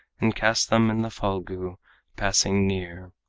and cast them in the phalgu passing near.